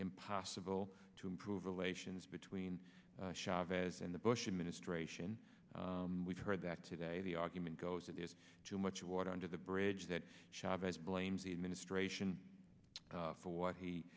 impossible to improve relations between chavez and the bush administration we've heard that today the argument goes that is too much water under the bridge that chavez blames the administration for what he